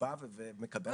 בובה שמקבלת את זה?